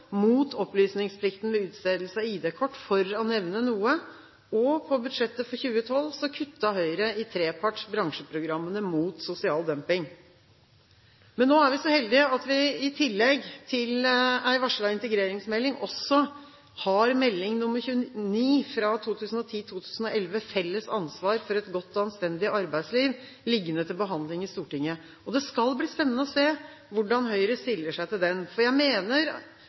mot opplysningsplikten ved utstedelse av id-kort, for å nevne noe. På budsjettet for 2012 kuttet Høyre i treparts bransjeprogrammer mot sosial dumping. Nå er vi så heldige at vi i tillegg til en varslet integreringsmelding også har Meld. St. 29 for 2010–2011 Felles ansvar for eit godt og anstendig arbeidsliv liggende til behandling i Stortinget. Det skal bli spennende å se hvordan Høyre stiller seg til den. Jeg mener